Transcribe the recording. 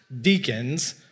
deacons